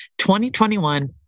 2021